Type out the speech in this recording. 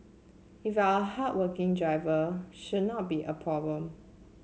if you're a hardworking driver should not be a problem